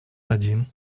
один